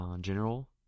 general